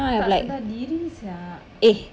tak sedar diri sia